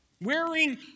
wearing